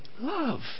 love